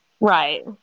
Right